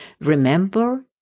Remember